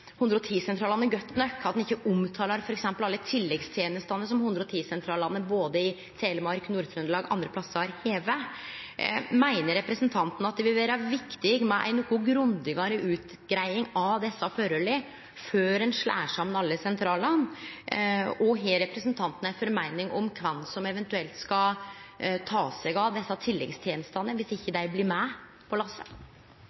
ikkje greier ut 110-sentralane godt nok, at ein ikkje omtaler t.d. alle tilleggstenestene som 110-sentralane både i Telemark, Nord-Trøndelag og andre plassar har. Meiner representanten at det vil vere viktig med ei noka grundigare utgreiing av desse forholda før en slår saman alle sentralane, og har representanten ei meining om kven som eventuelt skal ta seg av desse tilleggstenestene dersom dei ikkje